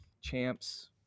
champs